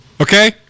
Okay